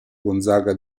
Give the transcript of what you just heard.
gonzaga